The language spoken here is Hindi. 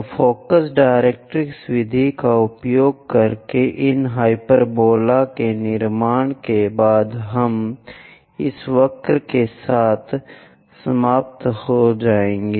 तो फ़ोकस डायरेक्ट्रिक्स विधि का उपयोग करके इन हाइपरबोला के निर्माण के बाद हम इस वक्र के साथ समाप्त हो जाएंगे